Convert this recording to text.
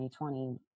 2020